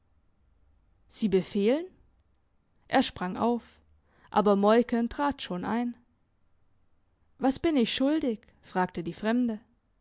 sie befehlen er sprang auf aber moiken trat schon ein was bin ich schuldig fragte die fremde